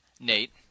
Nate